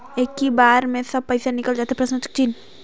इक्की बार मे सब पइसा निकल जाते?